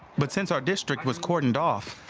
but since our district was cordoned off,